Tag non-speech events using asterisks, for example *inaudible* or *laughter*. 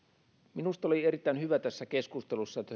minusta oli erittäin hyvä tässä keskustelussa että *unintelligible*